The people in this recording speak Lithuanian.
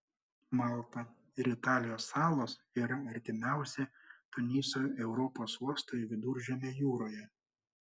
malta ir italijos salos yra artimiausi tunisui europos uostai viduržemio jūroje